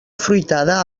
afruitada